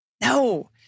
No